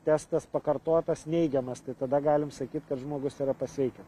testas pakartotas neigiamas tai tada galim sakyt kad žmogus yra pasveikęs